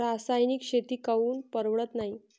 रासायनिक शेती काऊन परवडत नाई?